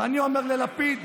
ואני אומר ללפיד: